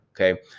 okay